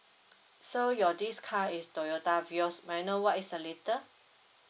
so your this car is toyota vios may I know what is the latter